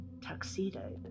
tuxedo